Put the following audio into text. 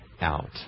out